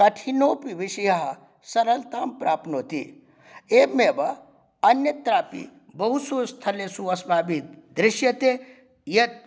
कठिनोऽपि विषयः सरलतां प्राप्नोति एवमेव अन्यत्रापि बहुषु स्थलेषु अस्माभिः दृश्यते यत्